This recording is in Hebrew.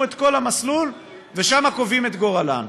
את כל המסלול ושם קובעים את גורלם.